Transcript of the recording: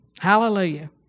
Hallelujah